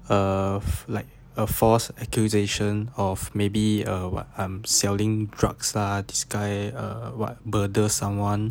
of like a false accusation of maybe err what I'm selling drugs lah disguise err murder someone